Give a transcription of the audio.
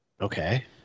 Okay